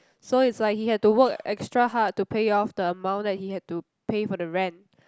so it's like he had to work extra hard to pay off the amount that he had to pay for the rent